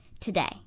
today